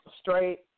straight